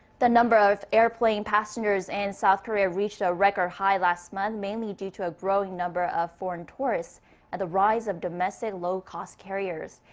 the number of airplane passengers in and south korea reached a record-high last month. mainly due to a growing number of foreign tourists and the rise of domestic low-cost carriers.